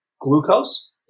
glucose